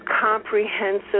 comprehensive